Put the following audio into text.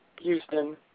Houston